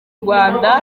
rwanda